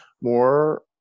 more